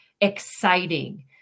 exciting